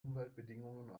umweltbedingungen